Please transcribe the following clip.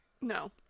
No